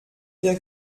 bien